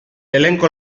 elenco